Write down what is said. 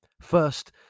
first